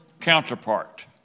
counterpart